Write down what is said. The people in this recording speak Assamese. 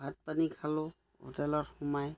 ভাত পানী খালোঁ হোটেলত সোমাই